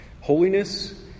Holiness